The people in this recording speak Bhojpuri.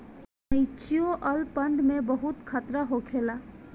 म्यूच्यूअल फंड में बहुते खतरा होखेला